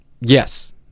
Yes